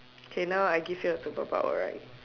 K now I give you a superpower right